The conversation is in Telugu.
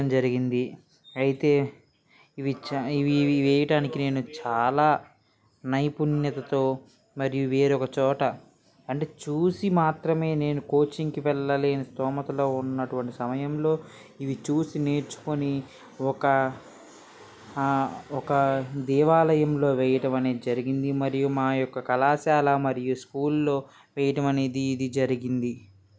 జరిగింది అయితే ఇవి చే ఇవి ఇవి వేయటానికి నేను చాలా నైపుణ్యతతో మరియు వేరొక చోట అంటే చూసి మాత్రమే నేను కోచింగ్కి వెళ్ళలేని స్తోమతలో ఉన్నటువంటి సమయంలో ఇవి చూసి నేర్చుకొని ఒక ఆ ఒక దేవాలయంలో వేయటం అనేది జరిగింది మరియు మాయొక్క కళాశాల మరియు స్కూల్లో వేయటం అనేది ఇది జరిగింది